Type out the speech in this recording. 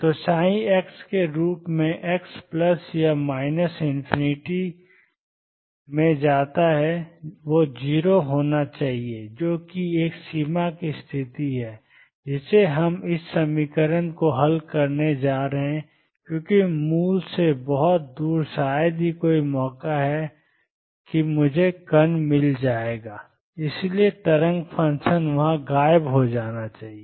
तो psi x के रूप में एक्स प्लस या माइनस इन्फिनिटी में जाता है 0 होना चाहिए जो कि एक सीमा की स्थिति है जिसे हम इस समीकरण को हल करने जा रहे हैं क्योंकि मूल से बहुत दूर शायद ही कोई मौका है कि मुझे कण मिल जाएगा और इसलिए तरंग फंक्शन वहां गायब हो जाना चाहिए